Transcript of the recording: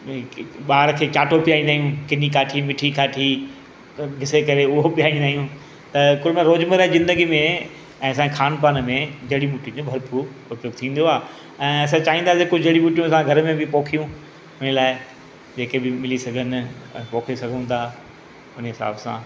ॿार खे चाटो पीआईंदा आहियूं किनी काठी मिठी काठी घिसे करे उहो बि पीआईंदा आ्यूंहि त कुलु मिलाए रोज़मरह ई ज़िंदगी में ऐं असांए खान पान में जड़ी बूटी जो भरपूरु मतिलबु थींदो आहे ऐं असां चाहींदासीं कुझु जड़ी बूटियूं असां घर में बि पोखियूं हिन लाइ जेके बि मिली सघनि ऐं पोखे सघूं था उन हिसाब सां